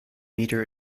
meter